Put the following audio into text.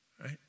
Right